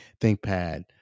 ThinkPad